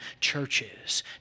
churches